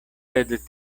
sed